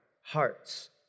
hearts